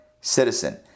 citizen